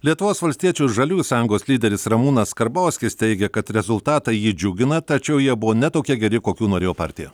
lietuvos valstiečių ir žaliųjų sąjungos lyderis ramūnas karbauskis teigia kad rezultatai jį džiugina tačiau jie buvo ne tokie geri kokių norėjo partija